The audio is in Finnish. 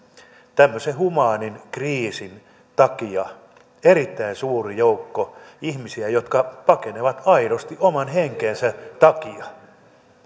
tämmöisen humaanin kriisin takia erittäin suuri joukko ihmisiä jotka pakenevat aidosti oman henkensä takia